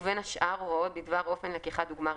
ובין השאר הוראות בדבר אופן לקיחת דוגמה רשמית,